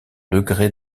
degré